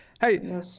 hey